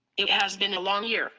it has been a long year